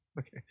Okay